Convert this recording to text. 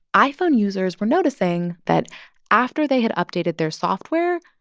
iphone users were noticing that after they had updated their software,